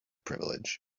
privilege